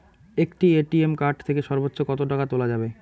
একটি ATM card থেকে সর্বোচ্চ কত টাকা তোলা যাবে?